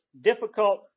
difficult